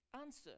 Answer